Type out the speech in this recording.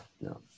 no